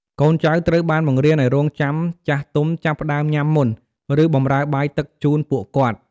កូនចៅត្រូវបានបង្រៀនឱ្យរង់ចាំចាស់ទុំចាប់ផ្តើមញ៉ាំមុន ឬបម្រើបាយទឹកជូនពួកគាត់។